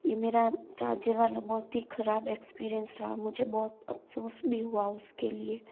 ये मेरा चार्जर वाला बहुत ही ख़राब एक्सपीरियंस रहा मुझे बहुत अफ़सोस भी हुआ उस के लिए